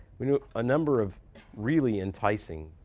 we knew a number of really enticing,